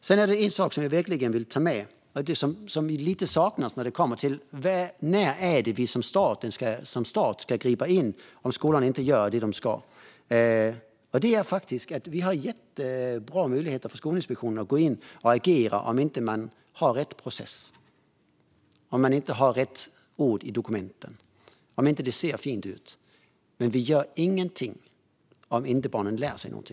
Det är en sak som jag verkligen vill ta med och som lite saknas när det gäller när staten ska gripa in om skolan inte gör det den ska. Det är att vi har jättebra möjligheter för Skolinspektionen att gå in och agera om man inte har rätt process, om man inte har rätt ord i dokumenten och om det inte ser fint ut. Men vi gör ingenting om barnen inte lär sig något.